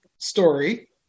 story